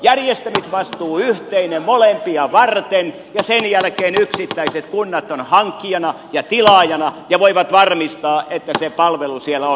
järjestämisvastuu yhteinen molempia varten ja sen jälkeen yksittäiset kunnat ovat hankkijana ja tilaajana ja voivat varmistaa että se palvelu siellä on